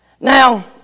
Now